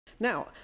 Now